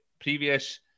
previous